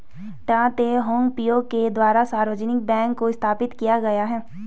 डॉ Teh Hong Piow के द्वारा सार्वजनिक बैंक को स्थापित किया गया है